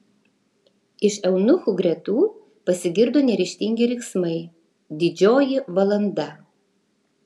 iš eunuchų gretų pasigirdo neryžtingi riksmai didžioji valanda